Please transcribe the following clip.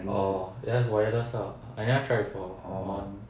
orh that's wireless lah I never try before on